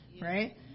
right